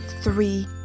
three